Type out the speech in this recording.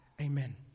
Amen